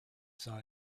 saw